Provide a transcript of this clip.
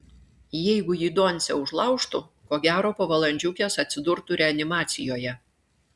jeigu jį doncė užlaužtų ko gero po valandžiukės atsidurtų reanimacijoje